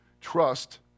trust